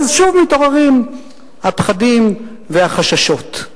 ואז שוב מתעוררים הפחדים והחששות.